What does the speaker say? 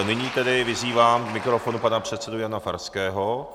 Nyní tedy vyzývám k mikrofonu pana předsedu Jana Farského.